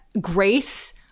grace